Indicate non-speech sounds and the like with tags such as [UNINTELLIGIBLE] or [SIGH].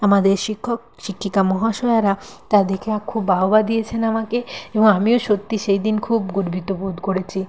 আমাদের শিক্ষক শিক্ষিকা মহাশয়েরা তা দেখে [UNINTELLIGIBLE] খুব বাহবা দিয়েছেন আমাকে এবং আমিও সত্যি সেইদিন খুব গর্বিত বোধ করেছি